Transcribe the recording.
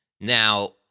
Now